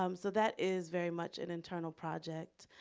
um so that is very much an internal project.